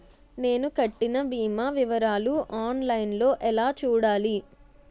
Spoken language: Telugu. నేను కట్టిన భీమా వివరాలు ఆన్ లైన్ లో ఎలా చూడాలి?